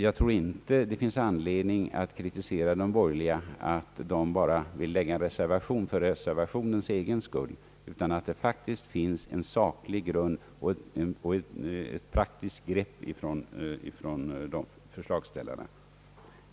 Jag tror inte det finns anledning att kritisera de borgerliga för att de endast vill framlägga en reservation för reservationens egen skull, utan det finns faktiskt en saklig grund och ett praktiskt grepp från förslagsställarna.